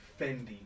Fendi